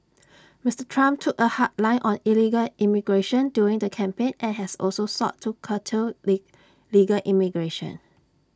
Mister Trump took A hard line on illegal immigration during the campaign and has also sought to curtail legal immigration